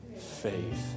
Faith